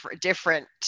different